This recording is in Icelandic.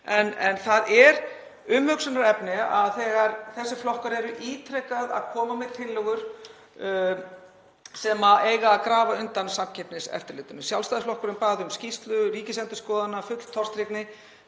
En það er umhugsunarefni þegar þessir flokkar koma ítrekað með tillögur sem eiga að grafa undan Samkeppniseftirlitinu. Sjálfstæðisflokkurinn bað um skýrslu Ríkisendurskoðunar, fullur tortryggni.